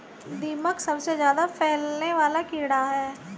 दीमक सबसे ज्यादा फैलने वाला कीड़ा है